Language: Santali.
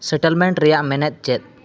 ᱥᱮᱴᱮᱞᱢᱮᱱᱴ ᱨᱮᱭᱟᱜ ᱢᱮᱱᱮᱫ ᱪᱮᱫ